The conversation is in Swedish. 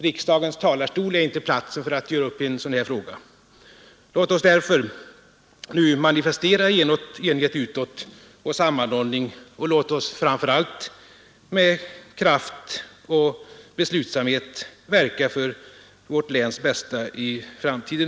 Riksdagens talarstol är inte platsen för att göra upp i en sådan här fråga. Låt oss därför nu utåt manifestera enighet och sammanhållning och låt oss framför allt med kraft och beslutsamhet verka för vårt läns bästa i framtiden.